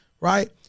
right